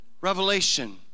revelation